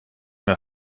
mehr